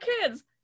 kids